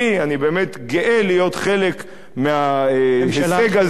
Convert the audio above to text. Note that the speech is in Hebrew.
אני באמת גאה להיות חלק מההישג הזה.